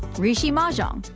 riichi mahjong.